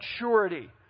maturity